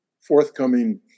forthcoming